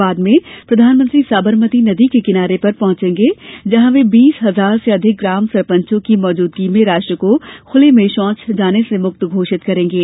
बाद में प्रधानमंत्री साबरमती नदी के किनारे पर पहुंचेंगे जहां वे बीस हज़ार से अधिक ग्राम सरपंचों की मौजूदगी में राष्ट्र को खले में शौच जाने से मुक्त घोषित करेंगे